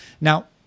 Now